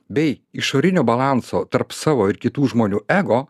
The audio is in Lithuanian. bei išorinio balanso tarp savo ir kitų žmonių ego